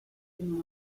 customer